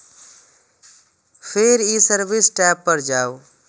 फेर ई service tab पर जाउ